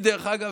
דרך אגב,